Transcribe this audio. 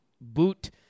boot